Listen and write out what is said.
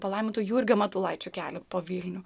palaiminto jurgio matulaičio kelią po vilnių